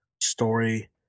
story